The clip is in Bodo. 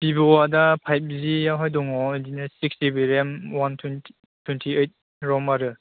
भिभ'आ दा फाइभजिआवहाय दङ बिदिनो सिक्स जिबि रेम वान टुवेन्टिओइद रम आरो